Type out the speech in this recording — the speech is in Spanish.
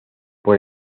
por